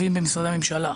טובים, במשרדי הממשלה.